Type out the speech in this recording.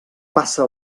passa